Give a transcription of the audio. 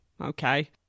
okay